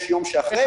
יש יום שאחרי,